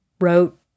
wrote